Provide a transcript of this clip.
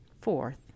Fourth